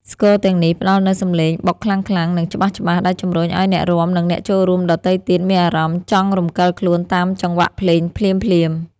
ស្គរទាំងនេះផ្តល់នូវសម្លេងបុកខ្លាំងៗ និងច្បាស់ៗ ដែលជំរុញឱ្យអ្នករាំ និងអ្នកចូលរួមដទៃទៀតមានអារម្មណ៍ចង់រំកិលខ្លួនតាមចង្វាក់ភ្លេងភ្លាមៗ។